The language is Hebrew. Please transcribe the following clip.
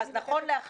נקודת חיכוך,